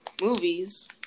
movies